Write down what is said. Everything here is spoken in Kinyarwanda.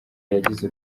yagize